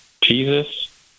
Jesus